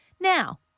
Now